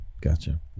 Gotcha